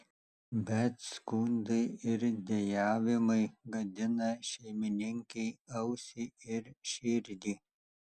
bet skundai ir dejavimai gadina šeimininkei ausį ir širdį